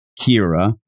kira